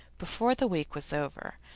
before the week was over.